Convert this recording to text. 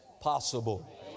possible